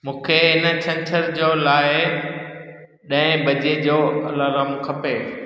मूंखे हिन छंछर जो लाइ ॾह बजे जो अलाराम खपे